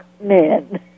men